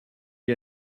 n’y